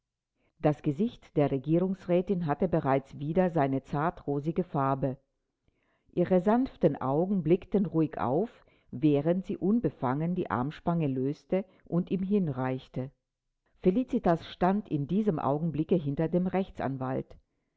das gesicht der regierungsrätin hatte bereits wieder seine zartrosige farbe ihre sanften augen blickten ruhig auf während sie unbefangen die armspange löste und ihm hinreichte felicitas stand in diesem augenblicke hinter dem rechtsanwalt